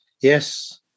yes